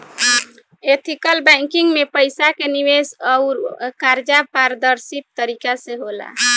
ethical banking में पईसा के निवेश अउर कर्जा पारदर्शी तरीका से होला